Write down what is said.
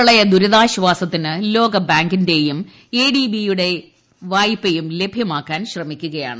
പ്രളയ ദുരിതാശ്വാസത്തിന് ലോകബാങ്കിന്റേയും എ ഡി ബി യുടെ വായ്പ ലഭ്യമാക്കാൻ ശ്രമിക്കുകയാണ്